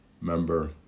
member